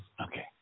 Okay